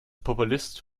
populist